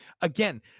Again